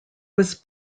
was